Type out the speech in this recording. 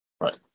Right